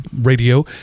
radio